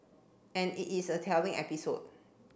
and it is a telling episode